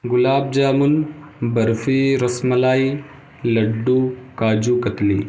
گلاب jamun barfi rasmalai laddu kaju katli